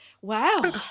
wow